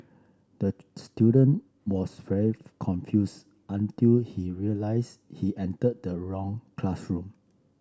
the student was very confused until he realise he entered the wrong classroom